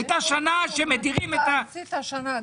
הייתה שנה שבה מדירים את הציבור החרדי.